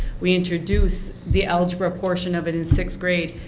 we introduced the algebra portion of it in sixth grade,